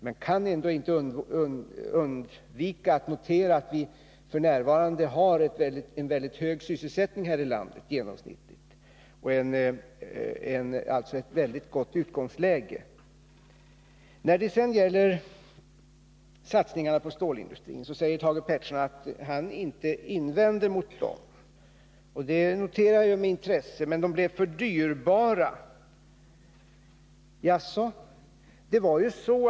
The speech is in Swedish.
Men jag kan inte undgå att notera att vi f. n. har en mycket hög sysselsättning här i landet, genomsnittligt, och alltså ett mycket gott utgångsläge. När det sedan gäller satsningarna på stålindustrin säger Thage Peterson att han inte invänder mot dem. Det noterar jag med intresse. Men de blev för dyrbara, säger han. Jaså?